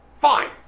Fine